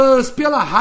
Pela